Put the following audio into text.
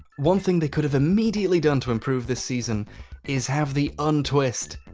one thing they could've immediately done to improve this season is have the untwist,